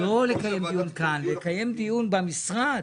לא לקיים דיון כאן אלא לקיים דיון במשרד